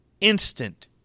instant